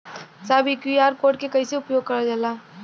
साहब इ QR code के कइसे उपयोग करल जाला?